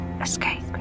escape